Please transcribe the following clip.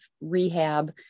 rehab